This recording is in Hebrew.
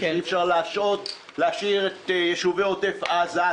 על כך שאי אפשר להשאיר את יישובי עוטף עזה.